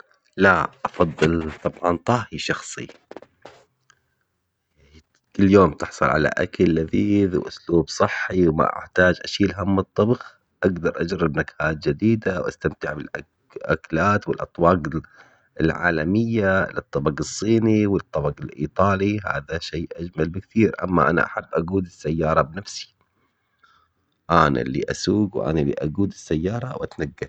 لافضل هي شخصي. كل يوم تحصل على اكل لذيذ واسلوب صحي وما احتاج اشيل هم الطبخ. اقدر اجرب نكهات جديدة واستمتع بالاكلات والاطواق العالمية للطبق الصيني والطبق الايطالي. هذا اجمل بكثير اما انا احب اقود السيارة بنفس انا اللي اسوق وانا اللي اقود السيارة واتنقل